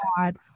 God